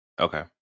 Okay